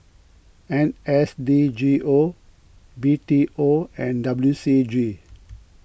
N S D G O B T O and W C G